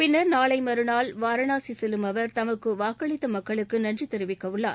பின்னர் நாளை மறுநாள் வாரணாசி செல்லும் அவர் தமக்கு வாக்களித்த மக்களுக்கு நன்றி தெரிவிக்கவுள்ளார்